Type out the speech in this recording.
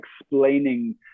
explaining